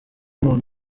muntu